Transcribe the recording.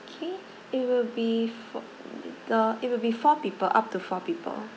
K it will be for the it will be four people up to four people